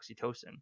oxytocin